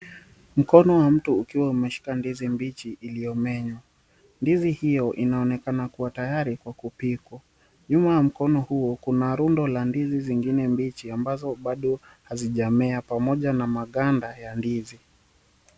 Mkono wa mtu ukiwa umeshika ndizi mbichi iliyomenywa. Ndizi hiyo inaonekana kuwa tayari kwa kupikwa. Nyuma ya mkono huo kuna rundo la ndizi zingine mbichi ambazo bado hazijamea pamoja na maganda ya ndizi.